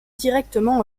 directement